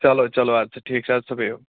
چلو چلو اَدٕ سا ٹھیٖک اَدٕ سا بیٚہِو